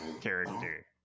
character